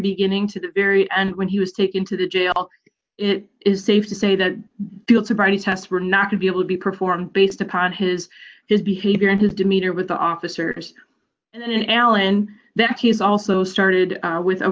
beginning to the very end when he was taken to the jail it is safe to say that the deal to bryce tests were not to be able to be performed based upon his his behavior and his demeanor with the officers and alan that he's also started with